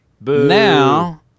Now